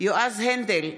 יועז הנדל,